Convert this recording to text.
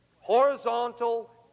horizontal